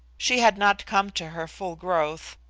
she had not come to her full growth,